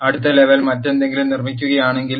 അടുത്ത ലെവൽ മറ്റെന്തെങ്കിലും നിർമ്മിക്കുകയാണെങ്കിൽ